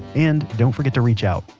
and don't forget to reach out.